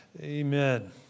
Amen